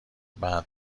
بعدا